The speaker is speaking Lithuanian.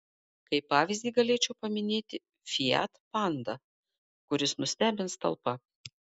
kaip pavyzdį galėčiau paminėti fiat panda kuris nustebins talpa